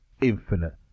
infinite